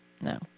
No